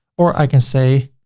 or i can say,